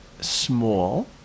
small